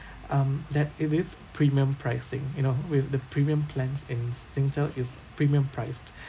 um that it is premium pricing you know with the premium plans and Singtel is premium priced